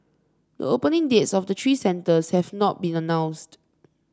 the opening dates of the three centres have not been announced